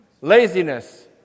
Laziness